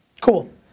Cool